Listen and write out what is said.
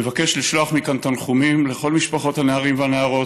אני מבקש לשלוח מכאן תנחומים לכל משפחות הנערים והנערות.